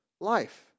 life